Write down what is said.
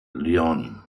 leon